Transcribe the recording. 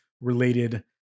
related